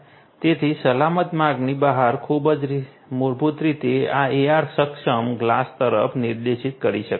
તેથી સલામત માર્ગની બહાર મૂળભૂત રીતે આ AR સક્ષમ ગ્લાસ તરફ નિર્દેશિત કરી શકાય છે